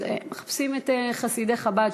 אז הם מחפשים את חסידי חב"ד,